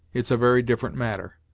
it's a very different matter.